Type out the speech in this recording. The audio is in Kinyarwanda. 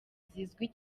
zizwi